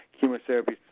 chemotherapy